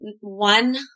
one